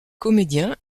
comédien